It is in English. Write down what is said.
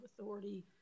authority